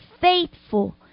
Faithful